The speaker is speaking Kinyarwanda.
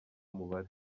mubare